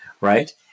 right